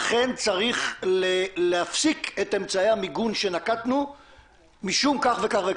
אכן להפסיק את אמצעי המיגון שנקטנו משום כך וכך.